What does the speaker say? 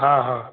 हाँ हाँ